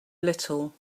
little